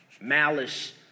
Malice